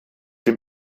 dem